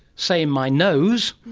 say my nose,